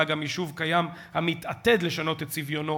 גם יישוב קיים המתעתד לשנות את צביונו